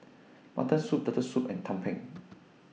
Mutton Soup Turtle Soup and Tumpeng